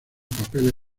papeles